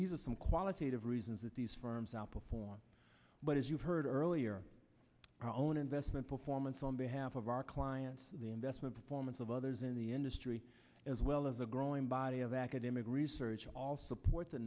these are some qualitative reasons that these firms outperform but as you've heard earlier our own investment performance on behalf of our clients the investment performance of others in the industry as well as a growing body of academic research all supports the